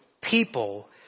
people